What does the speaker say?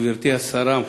גברתי השרה,